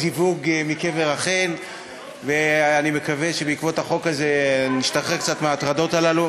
עברה בקריאה שנייה ושלישית ונכנסת לספר החוקים של מדינת ישראל.